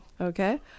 Okay